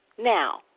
Now